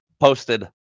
Posted